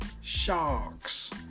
sharks